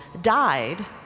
died